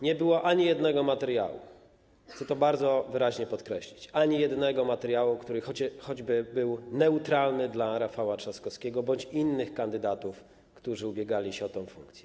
Nie było ani jednego materiału, chcę to bardzo wyraźnie podkreślić, ani jednego materiału, który byłby choć neutralny dla Rafała Trzaskowskiego bądź innych kandydatów, którzy ubiegali się o tę funkcję.